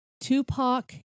Tupac